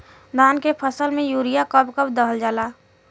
धान के फसल में यूरिया कब कब दहल जाला?